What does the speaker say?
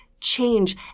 change